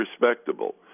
respectable